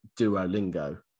Duolingo